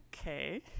okay